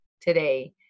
today